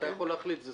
אתה יכול להחליט את זה,